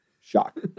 Shock